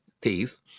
teeth